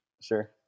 Sure